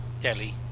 Delhi